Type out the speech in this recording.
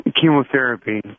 chemotherapy